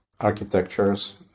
architectures